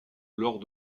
lors